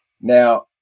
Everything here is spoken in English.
Now